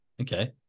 Okay